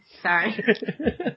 Sorry